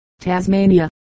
Tasmania